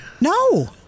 No